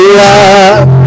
love